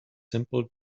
simple